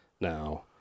now